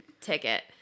ticket